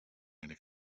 eine